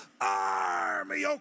army